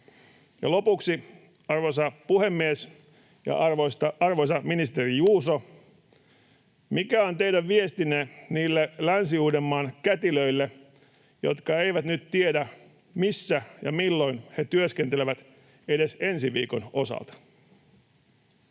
arvostuksen? Arvoisa puhemies! Lopuksi, arvoisa ministeri Juuso: mikä on teidän viestinne niille Länsi-Uudenmaan kätilöille, jotka eivät nyt tiedä, missä ja milloin he työskentelevät edes ensi viikon osalta?